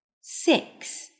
six